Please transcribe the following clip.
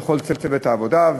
ולכל צוות הוועדה.